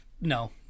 No